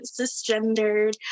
cisgendered